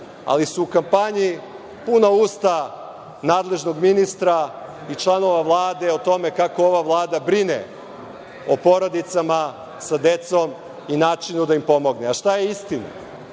Ali su u kampanji puna usta nadležnog ministra i članova Vlade o tome kako ova Vlada brine o porodicama sa decom i načina da im pomogne. Šta je istina?